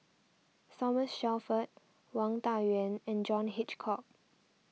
Thomas Shelford Wang Dayuan and John Hitchcock